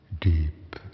deep